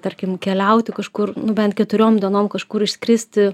tarkim keliauti kažkur nu bent keturiom dienom kažkur išskristi